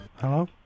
Hello